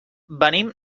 venim